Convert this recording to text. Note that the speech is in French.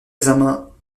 examens